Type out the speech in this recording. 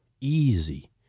easy